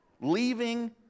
leaving